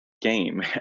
game